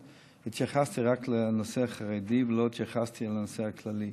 התייחסתי רק לנושא החרדי ולא התייחסתי לנושא הכללי.